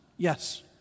Yes